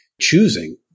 choosing